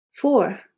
Four